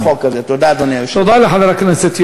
העולם הוא נגד ישראל בגלל הכיבוש.